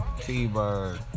T-Bird